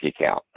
account